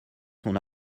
son